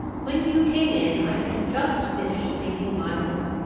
when you came in, i had just finished making my will.